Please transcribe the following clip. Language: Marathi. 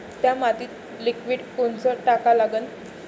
थ्या मातीत लिक्विड कोनचं टाका लागन?